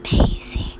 amazing